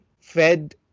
fed